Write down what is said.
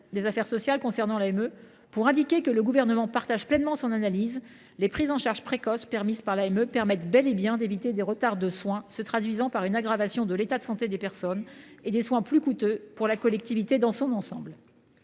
des affaires sociales concernant l’AME, pour indiquer que le Gouvernement partage pleinement son analyse : les prises en charge précoces permises par l’AME permettent bel et bien d’éviter des retards de soins, qui ont pour conséquences une aggravation de l’état de santé des personnes et une augmentation du coût des soins pour la collectivité dans son ensemble.